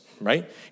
right